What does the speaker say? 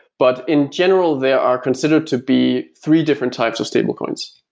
but in general, there are considered to be three different types of stablecoins.